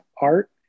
art